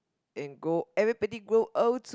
and go everybody grow old to